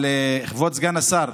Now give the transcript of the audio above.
אבל, כבוד סגן השר,